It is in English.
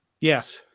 Yes